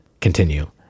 continue